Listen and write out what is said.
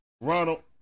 Ronald